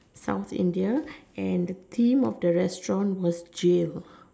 South India and the theme of the restaurant was jail